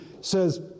says